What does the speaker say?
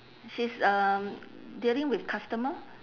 she's um dealing with customer